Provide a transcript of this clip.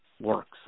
works